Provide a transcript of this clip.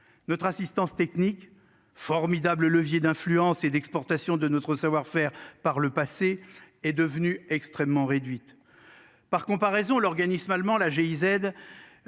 notre assistance technique formidable levier d'influence et d'exportation de notre savoir-faire par le passé est devenue extrêmement réduite. Par comparaison l'organisme allemand. Là j'ai